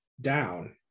down